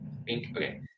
Okay